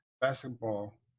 basketball